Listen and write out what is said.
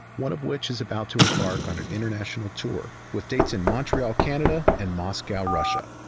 one of which is about to embark on an international tour with dates in montreal, canada, and moscow, russia.